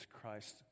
Christ